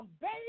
baby